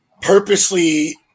purposely